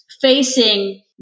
Facing